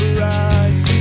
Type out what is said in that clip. rise